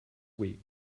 week